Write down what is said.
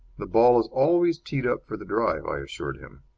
the ball is always teed up for the drive, i assured him.